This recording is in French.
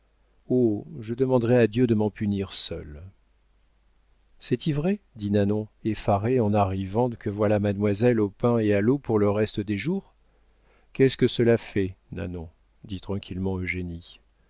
oh je demanderai à dieu de m'en punir seule c'est-y vrai dit nanon effarée en arrivant que voilà mademoiselle au pain et à l'eau pour le reste des jours qu'est-ce que cela fait nanon dit tranquillement eugénie